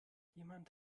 jemand